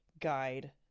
guide